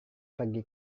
pergi